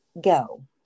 go